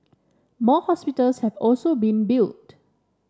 more hospitals have also been built